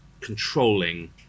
controlling